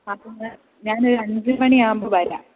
ആ പിന്നെ ഞാനൊരു അഞ്ച് മണി ആകുമ്പോൾ വരാം